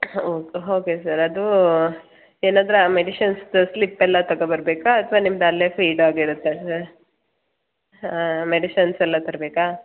oak ಹೋಕೆ sir ಅದು ಏನಂದರೆ ಆ ಮೆಡಿಶನ್ಸ್ದು ಸ್ಲಿಪ್ ಎಲ್ಲ ತಗೋ ಬರಬೇಕಾ ಅಥ್ವಾ ನಿಮ್ದು ಅಲ್ಲೇ ಫೀಡ್ ಆಗಿರುತ್ತ ಸರ್ ಹಾಂ ಮೆಡಿಶನ್ಸ್ ಎಲ್ಲ ತರಬೇಕಾ